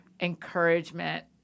encouragement